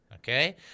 Okay